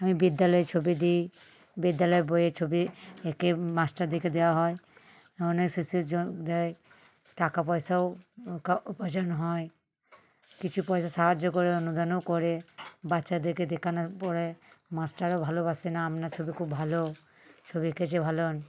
আমি বিদ্যালয়ে ছবি দিই বিদ্যালয়ে বইয়ে ছবি এঁকে মাস্টারদেরকে দেওয়া হয় অনেক শিশুর দেয় টাকা পয়সাও উপার্জন হয় কিছু পয়সা সাহায্য করে অনুদানও করে বাচ্চাদেরকে দেখানো পরড়ে মাস্টারও ভালোবাসে না আপনার ছবি খুব ভালো ছবি এর চেয়ে ভালো